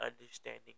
understanding